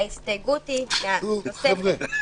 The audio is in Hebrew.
ההסתייגות היא התוספת